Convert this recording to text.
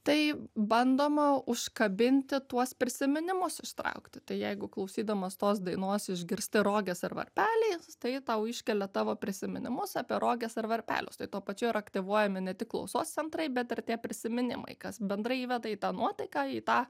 tai bandoma užkabinti tuos prisiminimus ištraukti tai jeigu klausydamas tos dainos išgirsti roges ar varpeliais tai tau iškelia tavo prisiminimus apie roges ar varpelius tai tuo pačiu ir aktyvuojami ne tik klausos centrai bet ir tie prisiminimai kas bendrai įveda į tą nuotaiką į tą